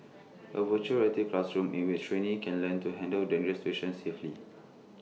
A Virtual Reality classroom in which trainees can learn to handle dangerous situations safely